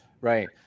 Right